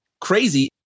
crazy